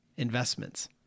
investments